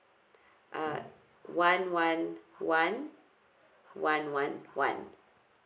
uh one one one one one one